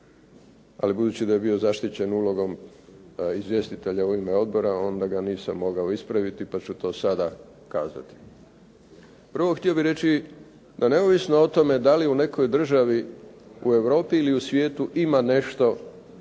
Ali budući da je bio zaštićen ulogom izvjestitelja u ime odbora onda ga nisam mogao ispraviti pa ću to sada kazati. Prvo, htio bih reći da neovisno o tome da li u nekoj državi u Europi ili u svijetu ima nešto što